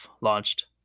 launched